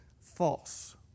false